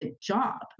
job